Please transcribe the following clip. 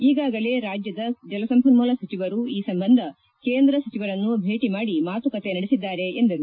ಈಗಾಗಲೇ ರಾಜ್ಯದ ಜಲಸಂಪನ್ನೂಲ ಸಚಿವರು ಈ ಸಂಬಂಧ ಕೇಂದ್ರ ಸಚಿವರನ್ನು ಭೇಟಿ ಮಾಡಿ ಮಾತುಕತೆ ನಡೆಸಿದ್ದಾರೆ ಎಂದರು